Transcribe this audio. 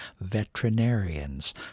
veterinarians